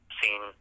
seen